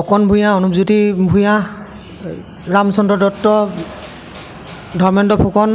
অকণ ভূঞা অনুপজ্যোতি ভূঞা ৰামচন্দ্ৰ দত্ত ধৰ্মেন্দ্ৰ ফুকন